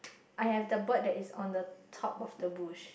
I have the bird that is on the top of the bush